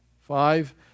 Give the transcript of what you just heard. Five